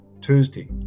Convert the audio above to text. Tuesday